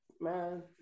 Man